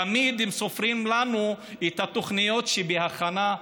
תמיד הם סופרים לנו את התוכניות שבהכנה,